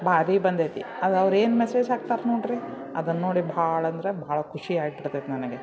ಭಾರೀ ಬಂದೈತಿ ಅದು ಅವ್ರು ಏನು ಮೆಸೇಜ್ ಹಾಕ್ತಾರೆ ನೋಡಿರಿ ಅದನ್ನು ನೋಡಿ ಭಾಳ ಅಂದರೆ ಭಾಳ ಖುಷಿಯಾಗಿ ಬಿಡ್ತೈತೆ ನನಗೆ